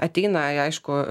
ateina aišku